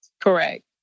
Correct